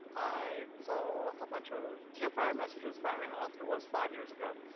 i saw a bunch of campfire messages firing off. it was five years ago.